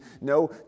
No